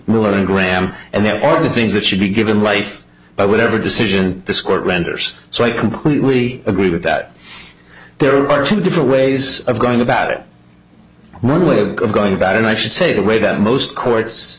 graham and there are things that should be given life by whatever decision this court renders so i completely agree with that there are two different ways of going about it one way of going about it i should say the way that most courts